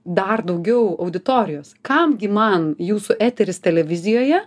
dar daugiau auditorijos kam gi man jūsų eteris televizijoje